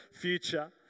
future